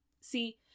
See